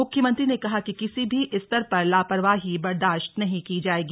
मुख्यमंत्री ने कहा कि किसी भी स्तर पर लापरवाही बर्दाश्त नहीं की जाएगी